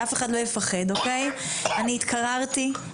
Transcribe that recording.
אני התקררתי.